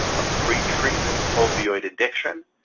of pre-treatment opioid addiction,